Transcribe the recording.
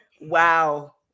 wow